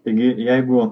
taigi jeigu